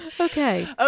Okay